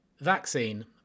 Vaccine